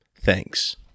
Thanks